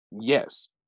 Yes